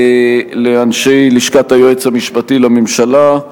לאנשי לשכת היועץ המשפטי לממשלה.